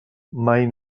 mai